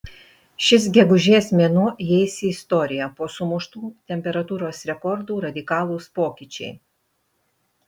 šis gegužės mėnuo įeis į istoriją po sumuštų temperatūros rekordų radikalūs pokyčiai